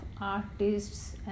artists